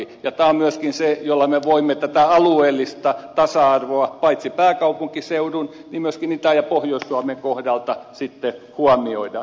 tämä on myöskin se jolla me voimme tätä alueellista tasa arvoa paitsi pääkaupunkiseudun niin myöskin itä ja pohjois suomen kohdalta sitten huomioida